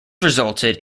resulted